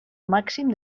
màxim